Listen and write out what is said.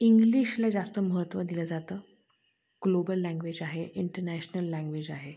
इंग्लिशला जास्त महत्त्व दिलं जातं ग्लोबल लँग्वेज आहे इंटरनॅशनल लँग्वेज आहे